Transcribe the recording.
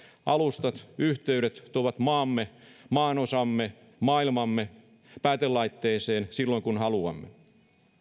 alustat ja yhteydet tuovat maamme maanosamme ja maailmamme päätelaitteeseen silloin kun haluamme